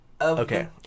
Okay